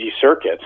circuit